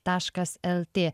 taškas el tė